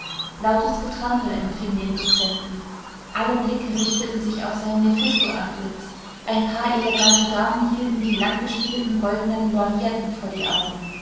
lautes getrampel empfing den dozenten alle blicke richteten sich auf sein mephistoantlitz ein paar elegante damen hielten die langgestielten goldenen lorgnetten vor die augen